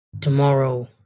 Tomorrow